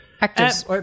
Actors